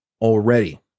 already